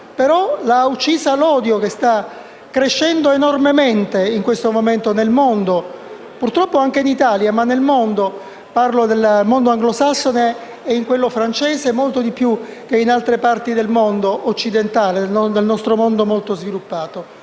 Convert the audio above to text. L'ha uccisa l'odio, che sta crescendo enormemente in questo momento nel mondo e purtroppo anche in Italia; un odio che nel mondo anglosassone e in quello francese sta crescendo molto di più che in altre parti del mondo occidentale, del nostro mondo molto sviluppato.